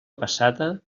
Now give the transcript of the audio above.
passada